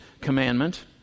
commandment